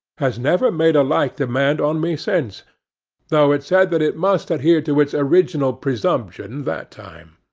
has never made a like demand on me since though it said that it must adhere to its original presumption that time.